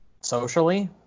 Socially